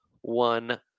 one